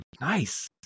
nice